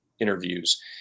interviews